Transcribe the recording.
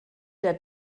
der